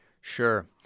Sure